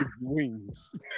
wings